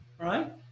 right